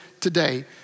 today